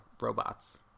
robots